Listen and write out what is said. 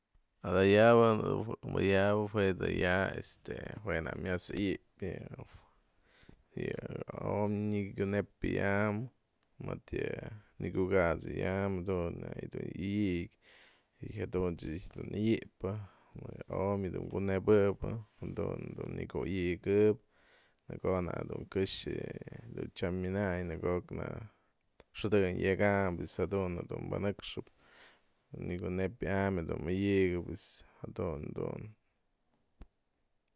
Ada'a ya'apë ya'apë jue da ya'a este jue na'ak mas ya'yëpë yë yë o'omÿ nyakunepëyam, mëdë nëkyukatsëyam jadun na'ak dun ya'yëkë y jadun ech ijtyë dun ëyë'epë mëdë o'omÿ kunepëbë jadun dun nyaguyëgëkë në'ë ko'o nak dun këxë tyam myanaynë nëko'okna'a xëdënë yeka'anyë jadun dun banëkxëpë nyakyunepëyam dun ma'yëkëp pues jadun dun.